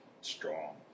strong